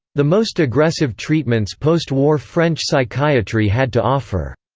the most aggressive treatments post-war french psychiatry had to offer,